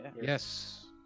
Yes